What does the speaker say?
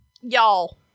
Y'all